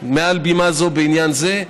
מעל בימה זו בעניין זה.